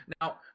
Now